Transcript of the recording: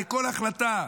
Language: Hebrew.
לכל החלטה.